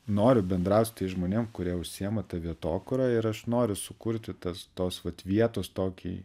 noriu bendraut su tais žmonėm kurie užsiima ta vietokūra ir aš noriu sukurti tas tos vat vietos tokį